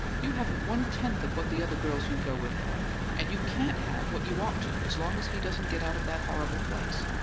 you haven't one tenth of what the other girls you go with have. and you can't have what you ought to as long as he doesn't get out of that horrible place.